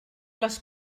les